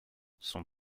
son